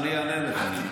אני אענה לך.